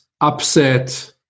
upset